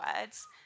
words